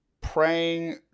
praying